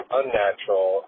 unnatural